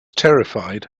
terrified